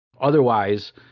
otherwise